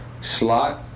slot